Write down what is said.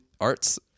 arts